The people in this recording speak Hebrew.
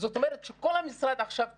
זאת אומרת שכל המשרד עכשיו תקוע.